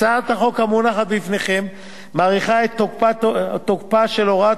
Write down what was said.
הצעת החוק המונחת בפניכם מאריכה את תוקפה של הוראת